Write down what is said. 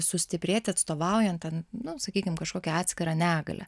sustiprėti atstovaujant ten nu sakykim kažkokią atskirą negalią